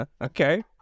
Okay